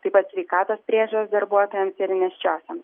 taip pat sveikatos priežiūros darbuotojams ir nėščiosioms